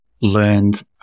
learned